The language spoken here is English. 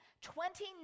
twenty